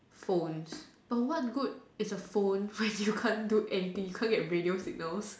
phones of what good is a phone when you can't do anything you can't get radio signals